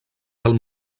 del